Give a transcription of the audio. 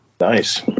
nice